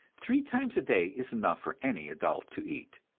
three times a day is enough for any adult to eat.